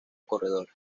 corredor